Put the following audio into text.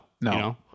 No